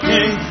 King